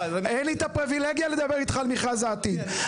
אין לי את הפריווילגיה לדבר איתך על מכרז העתיד.